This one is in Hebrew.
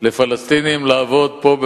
לפלסטינים לעבוד פה,